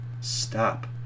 stop